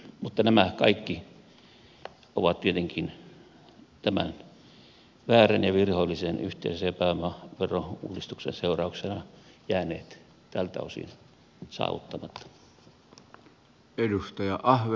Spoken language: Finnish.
mutta nämä kaikki ovat tietenkin tämän väärän ja virheellisen yhteisö ja pääomaverouudistuksen seurauksena jääneet tältä osin saavuttamatta